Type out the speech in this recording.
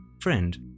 friend